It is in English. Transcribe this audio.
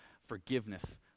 forgiveness